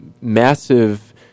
massive